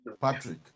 Patrick